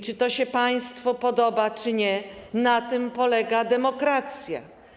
Czy to się państwu podoba, czy nie, na tym polega demokracja.